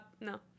no